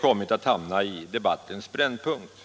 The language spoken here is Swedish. kommit att hamna i debattens brännpunkt.